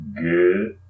good